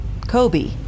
Kobe